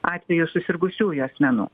atvejų susirgusiųjų asmenų